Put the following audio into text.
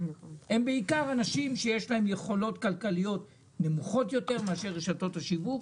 הם אנשים שיש להם יכולות כלכליות נמוכות יותר מאשר רשתות השיווק.